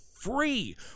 free